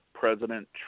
president